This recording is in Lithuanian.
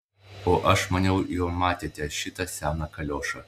o aš maniau jau metėte šitą seną kaliošą